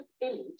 elite